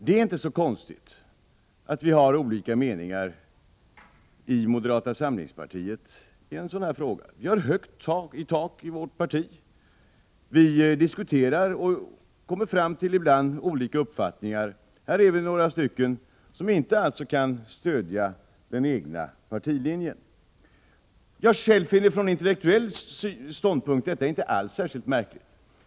Det är inte så konstigt att vi i moderata samlingspartiet har olika meningar i en sådan här fråga. Vi har högt i tak i vårt parti. Vi diskuterar och kommer ibland fram till olika uppfattningar. I detta fall är vi några som inte kan stödja den egna partilinjen. Från intellektuell ståndpunkt finner jag själv det inte särskilt märkligt.